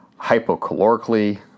hypocalorically